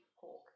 pork